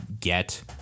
get